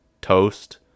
toast